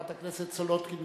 חברת הכנסת סלודקין,